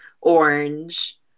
orange